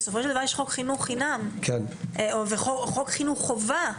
בסופו של דבר יש חוק חינוך חינם, חוק חינוך חובה.